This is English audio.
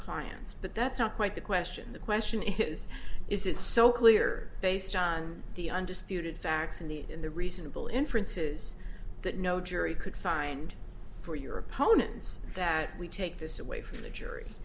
clients but that's not quite the question the question is is it so clear based on the undisputed facts in the in the reasonable inferences that no jury could find for your opponents that we take this away from the jury